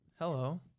Hello